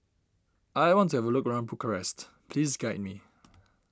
I want to have a look around Bucharest please guide me